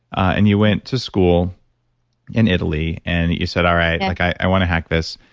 and you went to school in italy and you said, all right, like i want to hack this.